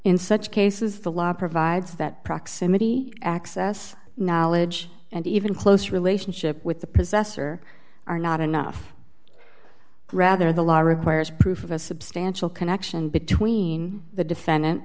in such cases the law provides that proximity access knowledge and even close relationship with the possessor are not enough rather the law requires proof of a substantial connection between the defendant